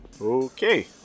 Okay